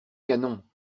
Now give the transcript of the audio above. canon